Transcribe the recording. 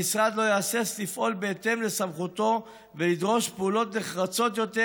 המשרד לא יהסס לפעול בהתאם לסמכותו ולדרוש פעולות נחרצות יותר,